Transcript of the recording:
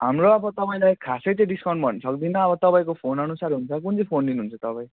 हाम्रो अब तपाईँलाई खासै त डिस्काउन्ट भन्न सक्दिनँ अब तपाईँको फोनअनुसार हुन्छ कुन चाहिँ फोन लिनुहुन्छ तपाईँ